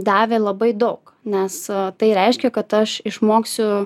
davė labai daug nes tai reiškia kad aš išmoksiu